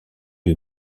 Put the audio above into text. lui